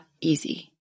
easy